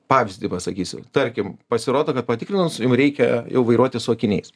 pavyzdį pasakysiu tarkim pasirodo kad patikrinus jum reikia jau vairuoti su akiniais